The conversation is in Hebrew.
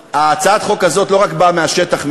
הצעת החוק הזאת לא רק באה מהשטח,